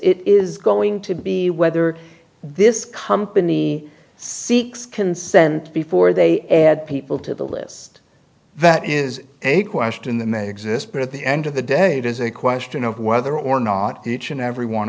is going to be whether this company seeks consent before they add people to the list that is a question they exist but at the end of the day it is a question of whether or not each and every one